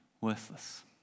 worthless